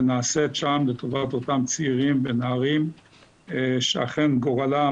שנעשית שם לטובת אותם צעירים ונערים שאכן גורלם